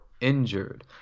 injured